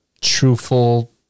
Truthful